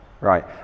right